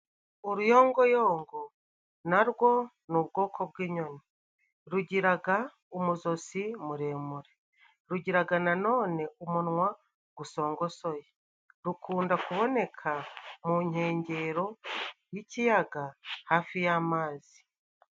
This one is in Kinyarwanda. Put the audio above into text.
Uruyongoyongo narwo ni ubwoko bw'inyoni, rugiraga umuzosi muremure rugiraga nanone umunwa gusongosoye, rukunda kuboneka mu nkengero y'ikiyaga hafi y'amazi.